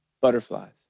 butterflies